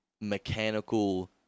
mechanical